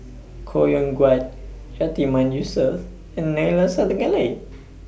Koh Yong Guan Yatiman Yusof and Neila Sathyalingam